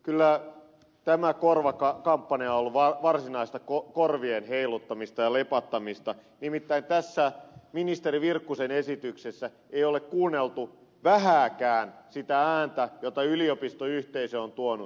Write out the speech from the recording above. kyllä tämä korvakampanja on ollut varsinaista korvien heiluttamista ja lepattamista nimittäin tässä ministeri virkkusen esityksessä ei ole kuunneltu vähääkään sitä ääntä jota yliopistoyhteisö on tuonut esiin